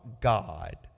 God